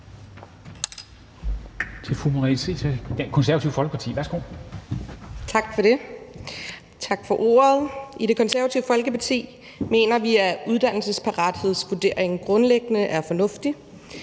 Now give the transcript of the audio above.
tak for ordet. I Det Konservative Folkeparti mener vi, at uddannelsesparathedsvurderingen grundlæggende er fornuftig.